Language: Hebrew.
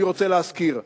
אני רוצה להזכיר: